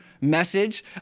message